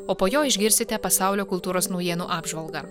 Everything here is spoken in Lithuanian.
o po jo išgirsite pasaulio kultūros naujienų apžvalgą